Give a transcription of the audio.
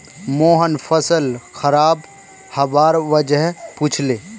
मोहन फसल खराब हबार वजह पुछले